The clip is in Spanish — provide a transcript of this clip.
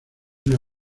una